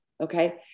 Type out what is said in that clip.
okay